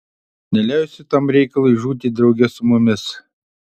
neleisiu tam reikalui žūti drauge su mumis